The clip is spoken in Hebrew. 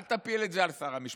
אל תפיל את זה על שר המשפטים.